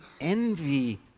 envy